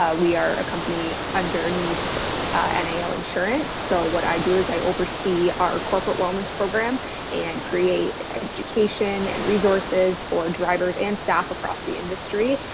ah we are a company underneath and nhl insurance. so what i do is i oversee our corporate wellness program and create education and resources for drivers and staff across the industry.